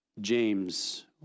James